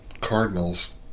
Cardinals